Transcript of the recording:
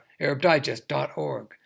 arabdigest.org